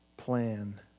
plan